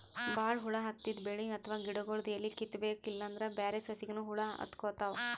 ಭಾಳ್ ಹುಳ ಹತ್ತಿದ್ ಬೆಳಿ ಅಥವಾ ಗಿಡಗೊಳ್ದು ಎಲಿ ಕಿತ್ತಬೇಕ್ ಇಲ್ಲಂದ್ರ ಬ್ಯಾರೆ ಸಸಿಗನೂ ಹುಳ ಹತ್ಕೊತಾವ್